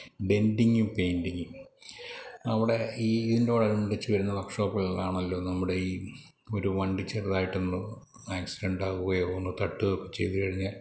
ബെൻഡിങ്ങും പെയിൻ്റിങ്ങും നമ്മുടെ ഈ ഇതിനോട് അനുബന്ധിച്ച് വരുന്ന വർക്ക് ഷോപ്പുകളിലാണല്ലോ നമ്മുടെ ഈ ഒരു വണ്ടി ചെറുതായിട്ടൊന്ന് ആക്സിഡൻ്റ് ആവുകയോ ഒന്ന് തട്ടുകയോ ഒക്കെ ചെയ്തു കഴിഞ്ഞാൽ